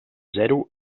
zero